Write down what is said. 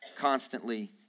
constantly